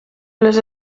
les